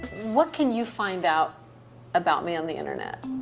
what can you find out about me on the internet?